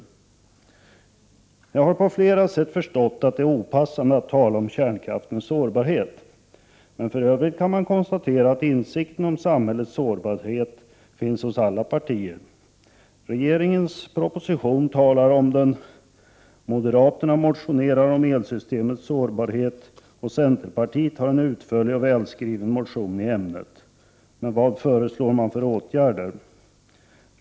Jag har på flera sätt förstått att det är opassande att tala om kärnkraftens sårbarhet, men för övrigt kan man konstatera att insikten om samhällets sårbarhet finns hos alla partier. I regeringens proposition talas om den, moderaterna motionerar om elsystemets sårbarhet och centerpartiet har en utförlig och välskriven motion i ämnet. Men vad föreslår man för åtgärder?